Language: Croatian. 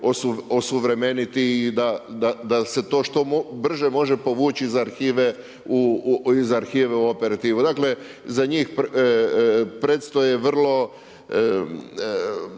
osuvremeniti i da se to što brže može povući iz arhive u operativu. Za njih predstoje vrlo,